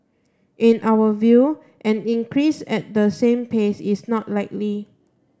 in our view an increase at the same pace is not likely